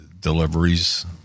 deliveries